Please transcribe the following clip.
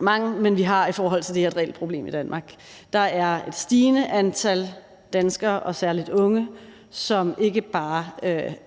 kan. Vi har i forhold til det her et reelt problem i Danmark. Der er et stigende antal danskere og særlig unge, som ikke bare